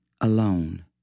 Alone